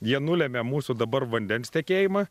jie nulemia mūsų dabar vandens tekėjimą